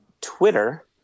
Twitter